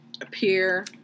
appear